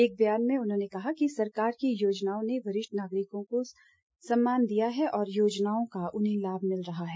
एक ब्यान में उन्होंने कहा कि सरकार की योजनाओं ने वरिष्ठ नागरिकों को सम्मान दिया है और योजनाओं का उन्हें लाभ मिल रहा है